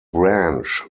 branch